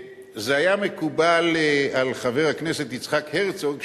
זה היה מקובל על חבר הכנסת יצחק הרצוג,